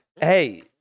Hey